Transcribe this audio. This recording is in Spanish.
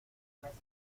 meses